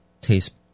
taste